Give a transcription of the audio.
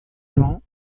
emañ